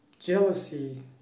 jealousy